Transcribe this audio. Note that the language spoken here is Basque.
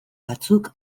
batzuk